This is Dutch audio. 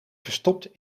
verstopt